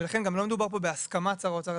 לכן גם לא מדובר פה בהסכמת שר האוצר,